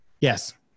Yes